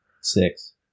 Six